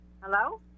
Hello